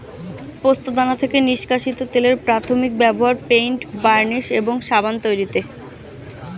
পোস্তদানা থেকে নিষ্কাশিত তেলের প্রাথমিক ব্যবহার পেইন্ট, বার্নিশ এবং সাবান তৈরিতে